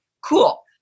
Cool